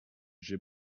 j’ai